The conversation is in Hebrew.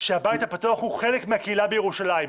שהבית הפתוח הוא חלק מהקהילה בירושלים.